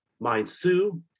MindSue